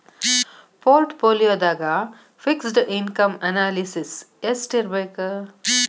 ಪೊರ್ಟ್ ಪೋಲಿಯೊದಾಗ fixed income analysis ಯೆಸ್ಟಿರ್ಬಕ್?